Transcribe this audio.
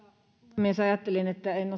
puhemies ajattelin että en